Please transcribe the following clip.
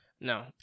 No